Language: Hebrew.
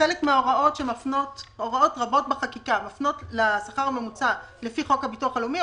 שהוראות רבות בחקיקה מפנות לשכר הממוצע לפי חוק הביטוח הלאומי,